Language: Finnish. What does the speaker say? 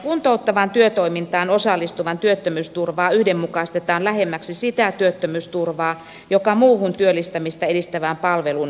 kuntouttavaan työtoimintaan osallistuvan työttömyysturvaa yhdenmukaistetaan lähemmäksi sitä työttömyysturvaa joka muuhun työllistämistä edistävään palveluun osallistuvalla on